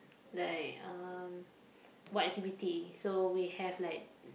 like um what activity so we have like